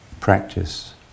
practice